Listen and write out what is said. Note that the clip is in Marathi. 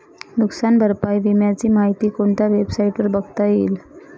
नुकसान भरपाई विम्याची माहिती कोणत्या वेबसाईटवर बघता येईल?